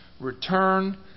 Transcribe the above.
return